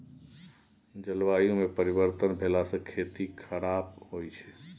जलवायुमे परिवर्तन भेलासँ खेती खराप होए छै